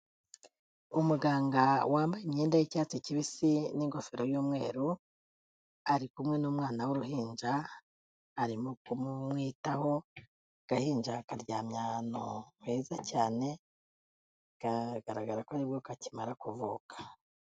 Umuganga wambaye imyenda y'icyatsi kibisi n'ingofero y'umweru, ari kumwe n'umwana w'uruhinja, arimo kumwitaho, agahinja karyamye ahantu heza cyane, biragaragara ko aribwo kakimara kuvuka.